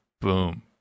boom